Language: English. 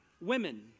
women